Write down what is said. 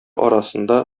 арасында